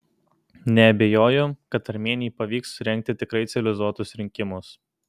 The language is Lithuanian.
neabejoju kad armėnijai pavyks surengti tikrai civilizuotus rinkimus